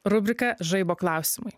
rubrika žaibo klausimai